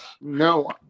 no